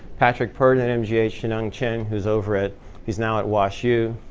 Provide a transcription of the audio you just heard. patrick purdon at mgh. shinung chang who's over at he's now at wash u.